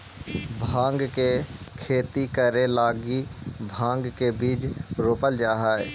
भाँग के खेती करे लगी भाँग के बीज के रोपल जा हई